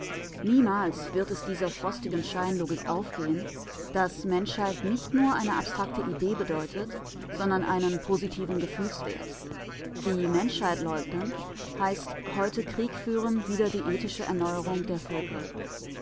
niemals wird es dieser frostigen scheinlogik aufgehen daß menschheit nicht nur eine abstrakte idee bedeutet sondern einen positiven gefühlswert die menschheit leugnen heißt heute krieg führen wider die ethische erneuerung der völker